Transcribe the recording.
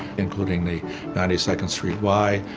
including the ninety second street y,